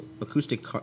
acoustic